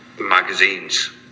magazines